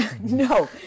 no